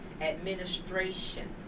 administration